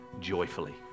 joyfully